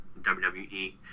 WWE